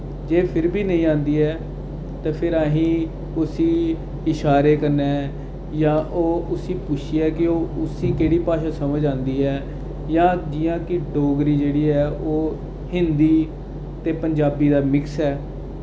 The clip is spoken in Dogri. जे फ्ही बी नेईं औंदी ऐ ते फ्ही असें उस्सी इशारे कन्नै जां ओह् उस्सी पुच्छियै कि ओह् उस्सी केह्ड़ी भाशा समझ औंदी ऐ जां जि'यां की डोगरी जेह्ड़ी ऐ ओह् हिंदी ते पंजाबी दा मिक्स ऐ